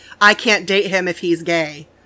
I-can't-date-him-if-he's-gay